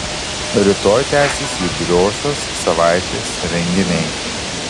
rytoj tęsis judriosios savaitės renginiai